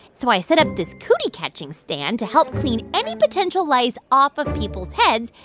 so i set up this cootie catching stand to help clean any potential lice off of people's heads,